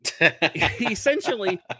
Essentially